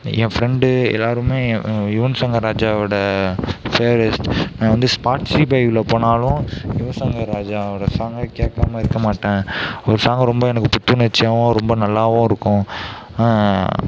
என் friend எல்லோருமே யுவன் சங்கர் ராஜாவோடய favourites நான் வந்து ஸ்பாட்டி ஃபைவில் போனாலும் யுவன் ஷங்கர் ராஜாவோடய சாங்கை கேக்காமல் இருக்க மாட்டேன் அவர் சாங்கு ரொம்ப எனக்கு புத்துணர்ச்சியாகவும் ரொம்ப நல்லாவும் இருக்கும்